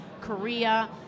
Korea